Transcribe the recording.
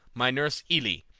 my nurse elli,